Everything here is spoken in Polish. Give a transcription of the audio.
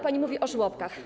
Pani mówi o żłobkach.